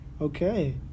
okay